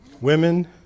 Women